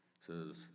says